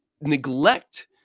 neglect